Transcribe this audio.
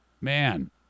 Man